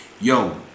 yo